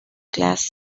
class